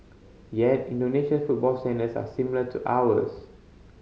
yet Indonesia football standards are similar to ours